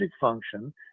function